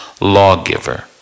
lawgiver